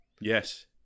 Yes